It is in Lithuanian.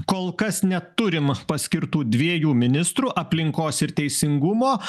kol kas neturim paskirtų dviejų ministrų aplinkos ir teisingumo